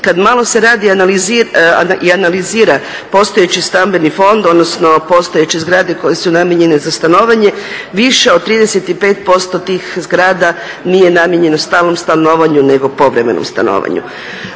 Kad malo se radi i analizira postojeći stambeni fond, odnosno postojeće zgrade koje su namijenjene za stanovanje više od 35% tih zgrada nije namijenjeno stalnom stanovanju nego povremenom stanovanju.